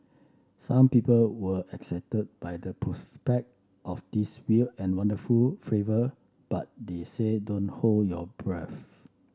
some people were excited by the prospect of this weird and wonderful flavour but they say don't hold your breath